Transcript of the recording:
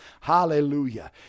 Hallelujah